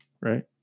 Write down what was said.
right